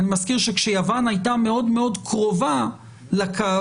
אני מזכיר שכשיוון הייתה מאוד מאוד קרובה לקו,